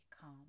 calm